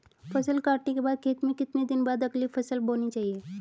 फसल काटने के बाद खेत में कितने दिन बाद अगली फसल बोनी चाहिये?